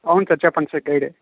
అవున్ సార్ చెప్పండి సార్ గైడే